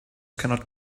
cannot